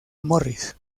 morris